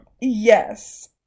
Yes